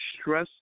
stress